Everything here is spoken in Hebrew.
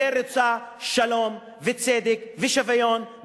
יותר רוצה שלום וצדק ושוויון,